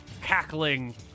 cackling